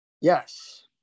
Yes